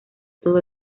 todo